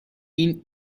این